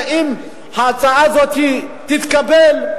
שאם ההצעה הזאת תתקבל,